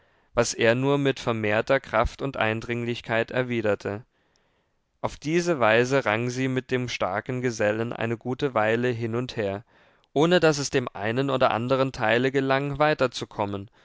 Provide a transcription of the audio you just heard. was er nur mit vermehrter kraft und eindringlichkeit erwiderte auf diese weise rang sie mit dem starken gesellen eine gute weile hin und her ohne daß es dem einen oder andern teile gelang